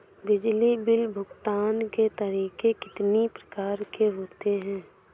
बिजली बिल भुगतान के तरीके कितनी प्रकार के होते हैं?